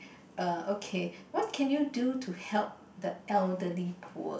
err okay what can you do to help the elderly poor